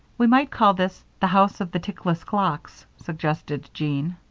we might call this the house of the tickless clocks suggested jean.